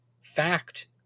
fact